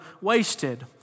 wasted